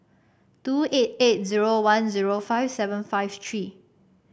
two eight eight zero one zero five seven five three